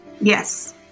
Yes